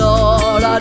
Lord